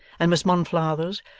and miss monflathers,